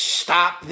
stop